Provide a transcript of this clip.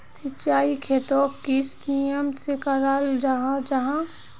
सिंचाई खेतोक किस नियम से कराल जाहा जाहा?